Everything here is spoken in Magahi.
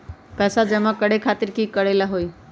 पैसा जमा करे खातीर की करेला होई?